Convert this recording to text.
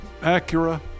Acura